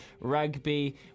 rugby